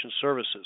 Services